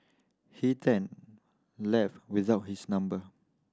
he then left without his number